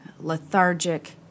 lethargic